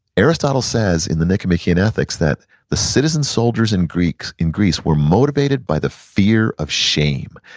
aristotle says in the nicomachean ethics that the citizen-soldiers in greece in greece were motivated by the fear of shame.